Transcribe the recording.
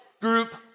group